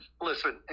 Listen